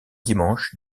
dimanche